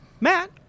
Matt